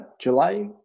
July